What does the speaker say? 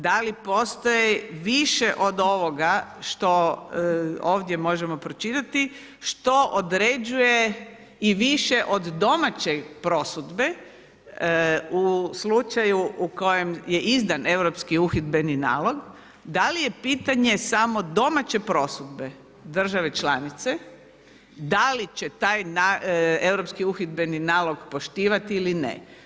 Da li postoji više od ovoga što ovdje možemo pročitati, što određuje i više od domaće prosudbe u slučaju u kojem je izdan europski uhidbeni nalog, da li je pitanje samo domaće prosudbe države članice da li će taj europski uhidbeni nalog poštivati ili ne?